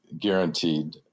guaranteed